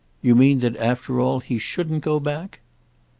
you mean that after all he shouldn't go back?